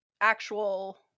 actual